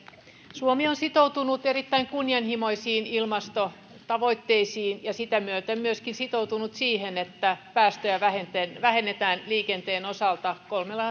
suomi on sitoutunut erittäin kunnianhimoisiin ilmastotavoitteisiin ja sitä myöten myöskin sitoutunut siihen että päästöjä vähennetään vähennetään liikenteen osalta